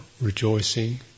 rejoicing